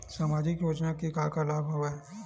सामाजिक योजना के का का लाभ हवय?